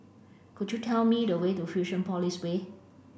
could you tell me the way to Fusionopolis Way